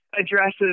addresses